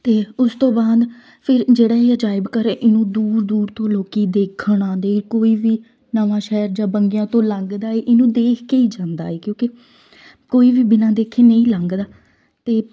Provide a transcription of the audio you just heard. ਅਤੇ ਉਸ ਤੋਂ ਬਾਅਦ ਫਿਰ ਜਿਹੜਾ ਇਹ ਅਜਾਇਬ ਘਰ ਇਹਨੂੰ ਦੂਰ ਦੂਰ ਤੋਂ ਲੋਕ ਦੇਖਣ ਆਉਂਦੇ ਕੋਈ ਵੀ ਨਵਾਂਸ਼ਹਿਰ ਜਾਂ ਬੰਗਿਆ ਤੋਂ ਲੰਘਦਾ ਇਹਨੂੰ ਦੇਖ ਕੇ ਹੀ ਜਾਂਦਾ ਹੈ ਕਿਉਂਕਿ ਕੋਈ ਵੀ ਬਿਨਾਂ ਦੇਖੇ ਨਹੀਂ ਲੰਘਦਾ ਅਤੇ